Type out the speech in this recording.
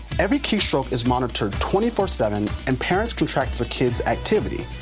every key stroke is monitored twenty four seven, and parents can track the kids' activity.